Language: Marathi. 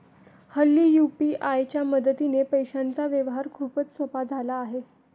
हल्ली यू.पी.आय च्या मदतीने पैशांचा व्यवहार खूपच सोपा झाला आहे